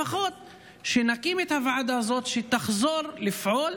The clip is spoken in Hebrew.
לפחות שנקים את הוועדה הזאת, שתחזור לפעול